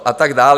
A tak dále.